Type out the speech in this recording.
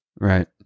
Right